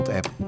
app